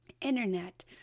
internet